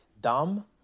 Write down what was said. dumb